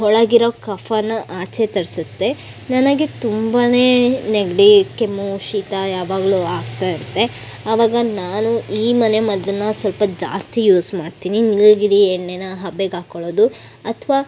ಒಳಗಿರೋ ಕಫಾನಾ ಆಚೆ ತರಿಸುತ್ತೆ ನನಗೆ ತುಂಬಾ ನೆಗಡಿ ಕೆಮ್ಮು ಶೀತ ಯಾವಾಗಲೂ ಆಗ್ತಾ ಇರುತ್ತೆ ಆವಾಗ ನಾನು ಈ ಮನೆ ಮದ್ದನ್ನು ಸ್ವಲ್ಪ ಜಾಸ್ತಿ ಯೂಸ್ ಮಾಡ್ತೀನಿ ನೀಲಗಿರಿ ಎಣ್ಣೆನಾ ಹಬೆಗೆ ಹಾಕ್ಕೊಳೊದು ಅಥ್ವಾ